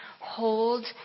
hold